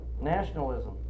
nationalism